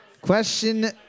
Question